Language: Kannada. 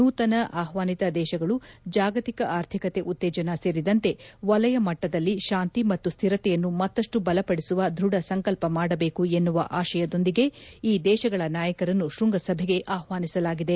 ನೂತನ ಆಹ್ಲಾನಿತ ದೇಶಗಳು ಜಾಗತಿಕ ಆರ್ಥಿಕತೆ ಉತ್ತೇಜನ ಸೇರಿದಂತೆ ವಲಯ ಮಟ್ಟದಲ್ಲಿ ಶಾಂತಿ ಮತ್ತು ಸ್ಥಿರತೆಯನ್ನು ಮತ್ತಷ್ನು ಬಲಪಡಿಸುವ ದೃಢ ಸಂಕಲ್ಪ ಮಾಡಬೇಕು ಎನ್ನುವ ಆಶಯದೊಂದಿಗೆ ಈ ದೇಶಗಳ ನಾಯಕರನ್ನು ಶೃಂಗಸಭೆಗೆ ಆಹ್ವಾನಿಸಲಾಗಿದೆ